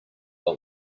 law